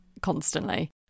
constantly